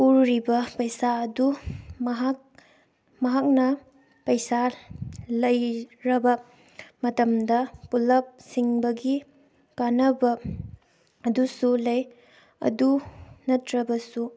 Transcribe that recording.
ꯄꯨꯔꯨꯔꯤꯕ ꯄꯩꯁꯥ ꯑꯗꯨ ꯃꯍꯥꯛ ꯃꯍꯥꯛꯅ ꯄꯩꯁꯥ ꯂꯩꯔꯕ ꯃꯇꯝꯗ ꯄꯨꯜꯂꯞ ꯁꯤꯡꯕꯒꯤ ꯀꯥꯟꯅꯕ ꯑꯗꯨꯁꯨ ꯂꯩ ꯑꯗꯨ ꯅꯠꯇ꯭ꯔꯕꯁꯨ